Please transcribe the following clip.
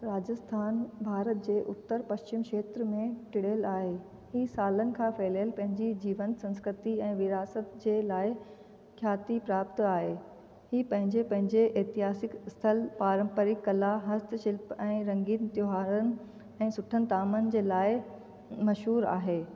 राजस्थान भारत जे उतरप्रदेश क्षेत्र में टिड़ियलु आहे हीउ सालनि खां फहिलियलु पंहिंजी जीवन संस्कृति ऐं विरहासत जे लाइ ख़्याति प्राप्त आहे हीउ पंहिंजे पंहिंजे इतिहासिकु स्थल पारंपरिक कला हस्त शिल्प ऐं रंगीन त्योहारु ऐं सुठनि तामनि जे लाइ मशहूरु आहे